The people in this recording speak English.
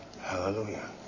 Hallelujah